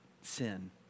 sin